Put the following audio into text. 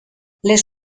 les